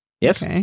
Yes